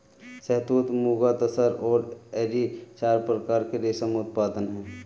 शहतूत, मुगा, तसर और एरी चार प्रकार के रेशम उत्पादन हैं